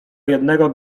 jednego